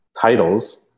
titles